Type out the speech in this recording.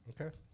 Okay